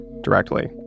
directly